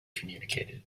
communicated